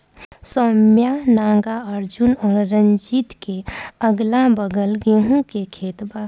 सौम्या नागार्जुन और रंजीत के अगलाबगल गेंहू के खेत बा